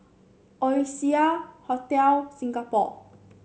Oasia Hotel Singapore